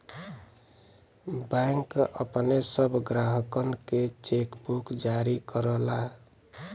bank अपने सब ग्राहकनके चेकबुक जारी करला